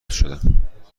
شدم